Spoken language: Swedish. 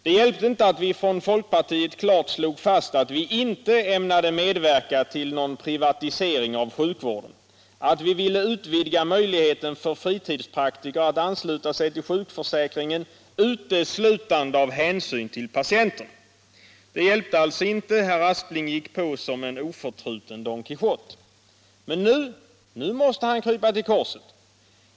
Det hjälpte inte att vi från folkpartiet klart slog fast att vi inte ämnade medverka till någon privatisering av sjukvården, att vi ville utvidga möjligheten för fritidspraktiker att ansluta sig till sjukförsäkringen uteslutande av hänsyn till patienterna. Det hjälpte alltså inte. Herr Aspling gick på som en oförtruten Don Quijote. Men nu måste herr Aspling krypa till korset.